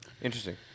Interesting